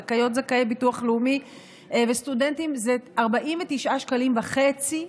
זכאיות-זכאי ביטוח לאומי וסטודנטים זה 49.5 שקלים,